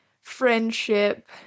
friendship